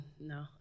No